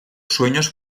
sueños